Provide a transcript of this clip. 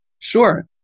Sure